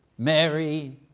mary,